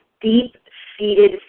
deep-seated